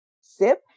Sip